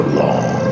long